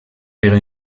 però